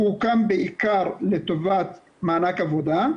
הוא הוקם בעיקר לטובת מענק עבודה,